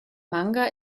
manga